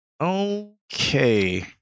Okay